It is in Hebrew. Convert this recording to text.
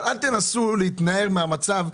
אבל אל תנסו להתנער מהמצב.